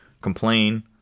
complain